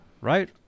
right